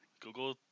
Google